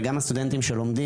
וגם הסטודנטים שלומדים,